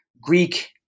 Greek